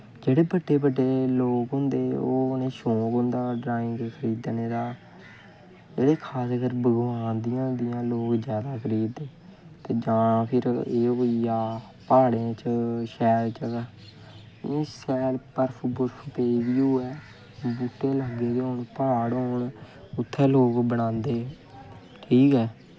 जेह्ड़े बड्डे बड्डे लोग होंदे उ'नें गी शौक होंदा ड्राइंग खरीदनें दा जेह्ड़ी खासकर भगवान दियां होंदियां लोग जादा खरीददे जां फिर एह् होइया प्हाड़े च शैल लग्गे दे होन प्हाड़ होन उत्थें लोग बनांदे ठीक ऐ